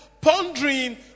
pondering